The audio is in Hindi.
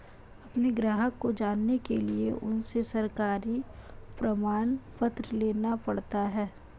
अपने ग्राहक को जानने के लिए उनसे सरकारी प्रमाण पत्र लेना पड़ता है